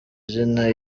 zina